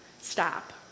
Stop